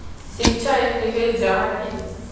शिक्षा एक निवेश जाहा की?